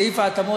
סעיף ההתאמות,